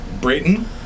Brayton